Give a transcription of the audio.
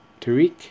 Tariq